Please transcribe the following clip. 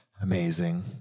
Amazing